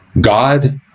God